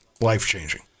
life-changing